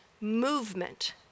movement